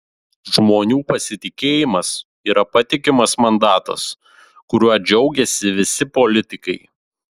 žmonių pasitikėjimas yra patikimas mandatas kuriuo džiaugiasi visi politikai